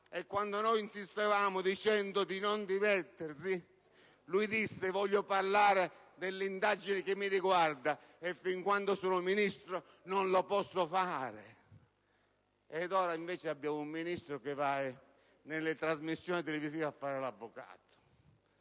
e quando noi insistemmo pregandolo di non dimettersi disse: «Voglio parlare dell'indagine che mi riguarda e fin quando sono Ministro non lo posso fare». Ora invece abbiamo un Ministro che va nelle trasmissioni televisive a fare l'avvocato,